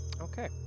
Okay